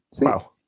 Wow